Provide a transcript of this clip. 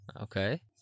Okay